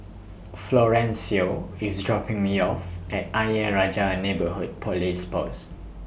Florencio IS dropping Me off At Ayer Rajah Neighbourhood Police Post